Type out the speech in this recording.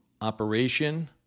operation